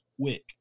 quick